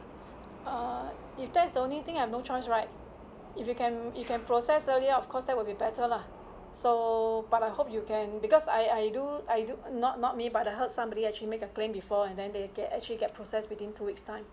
err if that's the only thing I've no choice right if you can you can process earlier of course that will be better lah so but I hope you can because I I do I do not not me but I heard somebody actually make a claim before and then they get actually get processed within two weeks time